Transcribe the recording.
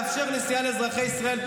לאפשר נסיעה לאזרחי ישראל,